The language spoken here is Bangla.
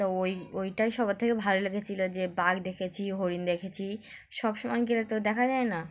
তো ওই ওইটাই সবার থেকে ভালো লেগেছিলো যে বাঘ দেখেছি হরিণ দেখেছি সব সময় গেলে তো দেখা যায় না